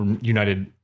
united